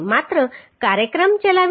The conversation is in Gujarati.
માત્ર કાર્યક્રમ ચલાવીને